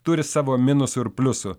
turi savo minusų ir pliusų